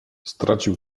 stracił